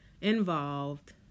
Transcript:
involved